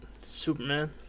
Superman